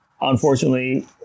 unfortunately